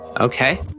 Okay